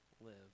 live